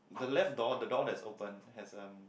the left door the door that's open has um